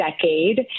decade